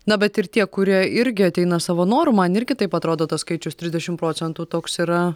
na bet ir tie kurie irgi ateina savo noru man irgi taip atrodo tas skaičius trisdešim procentų toks yra